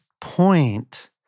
point